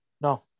no